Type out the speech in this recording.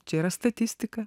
čia yra statistika